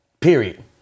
Period